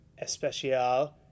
especial